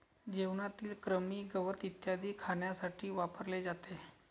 जेवणातील कृमी, गवत इत्यादी खाण्यासाठी वापरले जाते